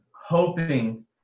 hoping